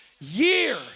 year